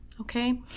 okay